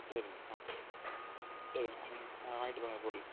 சரிம்மா ஆ சரிம்மா ஆ வாங்கிட்டு போங்க பொருள்